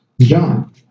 John